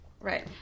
right